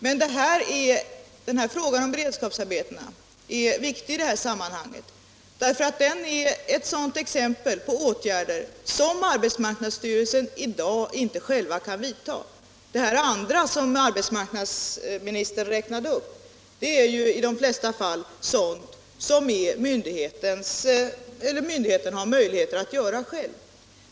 Men frågan om beredskapsarbetena är viktig i detta sammanhang därför att den är ett exempel på åtgärder som arbetsmarknadsstyrelsen i dag inte själv kan vidta. De andra åtgärder som arbetsmarknadsministern räknade upp har myndigheten i de flesta fall möjligheter att vidta själv.